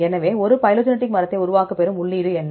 எனவே ஒரு பைலோஜெனடிக் மரத்தை உருவாக்க பெறும் உள்ளீடு என்ன